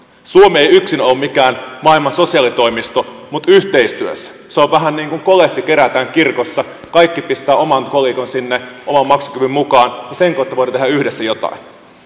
ei yksin ole ole mikään maailman sosiaalitoimisto mutta yhteistyössä se on vähän niin kuin kolehti joka kerätään kirkossa kaikki pistävät oman kolikkonsa sinne oman maksukyvyn mukaan ja sen kautta voimme tehdä yhdessä jotain